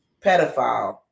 pedophile